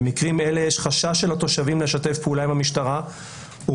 במקרים אלה יש חשש של התושבים לשתף פעולה עם המשטרה ומאזן